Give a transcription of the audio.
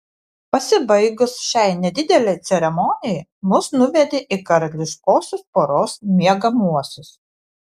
pasibaigus šiai nedidelei ceremonijai mus nuvedė į karališkosios poros miegamuosius